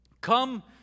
come